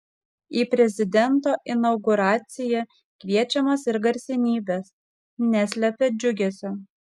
į prezidento inauguraciją kviečiamos ir garsenybės neslepia džiugesio